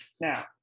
Now